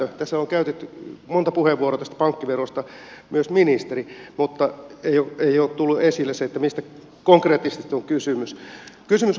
tässä on käytetty monta puheenvuoroa tästä pankkiverosta myös ministeri käytti mutta ei ole tullut esille se mistä konkreettisesti on kysymys